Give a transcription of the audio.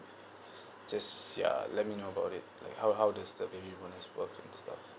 just yeah let me know about it like how how that stuff usually stuff